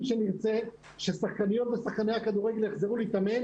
אנחנו הראשונים שנרצה ששחקניות ושחקני הכדורגל יחזרו להתאמן.